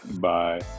bye